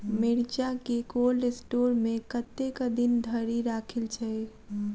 मिर्चा केँ cold store मे कतेक दिन धरि राखल छैय?